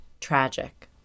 Tragic